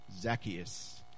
Zacchaeus